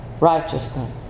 righteousness